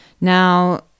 Now